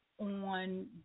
on